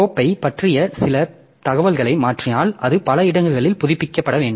கோப்பைப் பற்றி சில தகவல்கள் மாறினால் அது பல இடங்களில் புதுப்பிக்கப்பட வேண்டும்